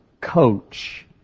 coach